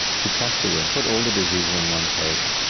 to cluster them, put all the diseases on one table.